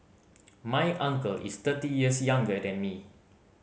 my uncle is thirty years younger than me